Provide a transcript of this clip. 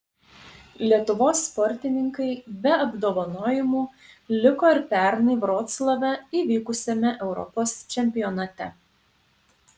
lietuvos sportininkai be apdovanojimų liko ir pernai vroclave įvykusiame europos čempionate